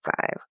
five